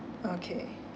okay